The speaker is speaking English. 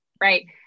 right